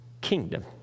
kingdom